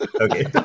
Okay